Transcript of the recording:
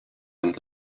and